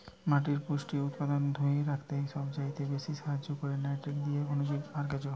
মাটির পুষ্টি উপাদানকে ধোরে রাখতে সবচাইতে বেশী সাহায্য কোরে নাইট্রোজেন দিয়ে অণুজীব আর কেঁচো